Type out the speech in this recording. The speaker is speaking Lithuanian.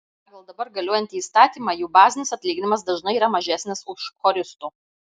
pagal dabar galiojantį įstatymą jų bazinis atlyginimas dažnai yra mažesnis už choristo